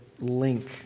link